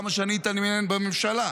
למה שאני אתעניין בממשלה?